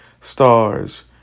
stars